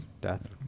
death